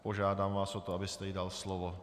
Požádám vás o to, abyste jí dal slovo.